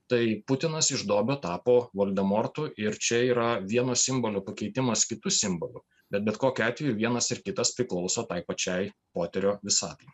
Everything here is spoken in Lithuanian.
tai putinas iš dobio tapo voldemortu ir čia yra vieno simbolio pakeitimas kitu simboliu bet bet kokiu atveju vienas ir kitas priklauso tai pačiai poterio visatai